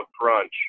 crunch